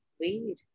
Lead